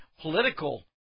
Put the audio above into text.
political